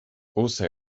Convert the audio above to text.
also